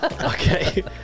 Okay